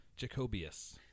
Jacobius